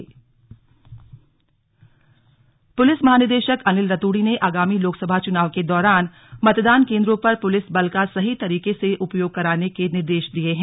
slug police महानिदेशक police महानिदेशक अनिल रतूड़ी ने आगामी लोकसभा चुनाव के दौरान मतदान केंद्रो पर पुलिस बल का सही तरीके से उपयोग कराने के निर्देश दिये हैं